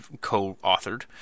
co-authored